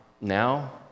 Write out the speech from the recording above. now